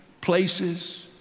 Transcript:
places